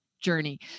journey